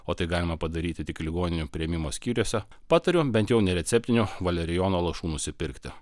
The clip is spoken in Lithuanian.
o tai galima padaryti tik ligoninių priėmimo skyriuose patariu bent jau nereceptinio valerijono lašų nusipirkti